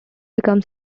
become